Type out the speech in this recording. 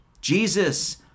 Jesus